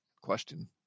question